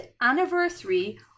anniversary